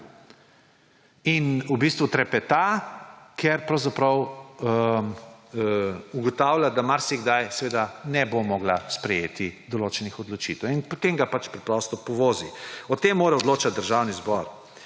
in v bistvu trepeta, ker pravzaprav ugotavlja, da marsikdaj ne bo mogla sprejeti določenih odločitev. In potem ga pač preprosto povozi. Zato mora o tem odločati Državni zbor.